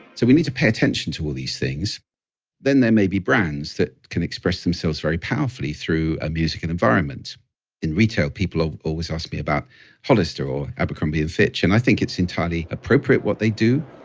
so we need to pay attention to all these things then there may be brands that can express themselves very powerfully through a musical environment. in retail, people always ask me about hollister or abercrombie and fitch, and i think it's entirely appropriate what they do.